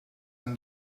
and